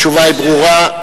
התשובה ברורה.